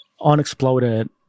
unexploded